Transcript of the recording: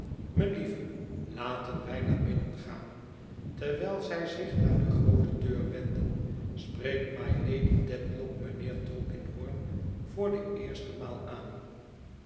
melieve laten wij naar binnen gaan terwijl zij zich naar de groote deur wenden spreekt mylady dedlock mijnheer tulkinghorn voor de eerste maal aan